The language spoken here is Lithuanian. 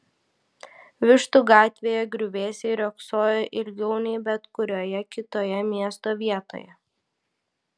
vištų gatvėje griuvėsiai riogsojo ilgiau nei bet kurioje kitoje miesto vietoje